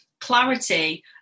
Clarity